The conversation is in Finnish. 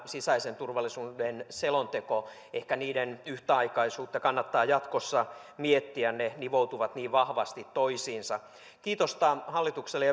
sisäisen turvallisuuden selonteko ehkä niiden yhtäaikaisuutta kannattaa jatkossa miettiä ne nivoutuvat niin vahvasti toisiinsa kiitosta hallitukselle